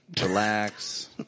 Relax